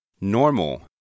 Normal